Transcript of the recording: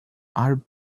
our